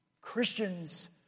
Christians